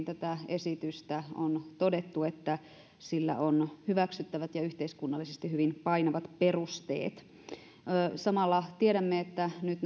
tätä esitystä on todettu että sille on hyväksyttävät ja yhteiskunnallisesti hyvin painavat perusteet samalla tiedämme että